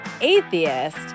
atheist